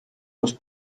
los